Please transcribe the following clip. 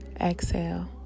exhale